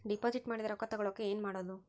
Deposit ಮಾಡಿದ ರೊಕ್ಕ ತಗೋಳಕ್ಕೆ ಏನು ಮಾಡೋದು?